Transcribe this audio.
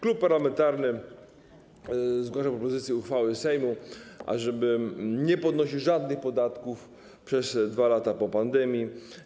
Klub parlamentarny zgłasza propozycję uchwały Sejmu dotyczącej tego, żeby nie podnosić żadnych podatków przez 2 lata po pandemii.